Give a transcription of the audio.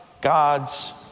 God's